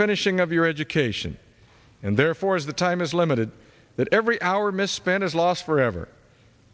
finishing of your education and therefore as the time is limited that every hour misspent is lost forever